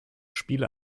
spiele